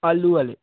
ਆਲੂ ਵਾਲੇ